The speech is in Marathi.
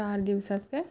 चार दिवसात का